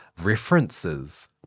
references